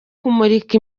kumurika